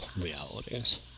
realities